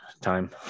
time